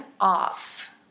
off